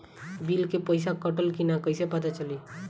Bill के पइसा कटल कि न कइसे पता चलि?